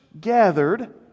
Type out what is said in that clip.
gathered